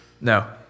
No